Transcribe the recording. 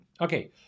Okay